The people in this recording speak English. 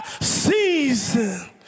season